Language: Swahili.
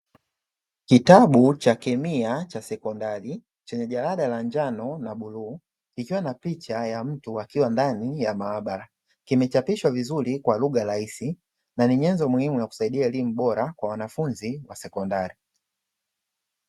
Kitabu cha kemia cha sekondari chenye jalada la njano na bluu, ikiwa na picha ya mtu akiwa ndani ya maabara kimechapishwa vizuri kwa lugha rahisi, na ni nyenzo muhimu ya kusaidia elimu bora kwa wanafunzi wa sekondari.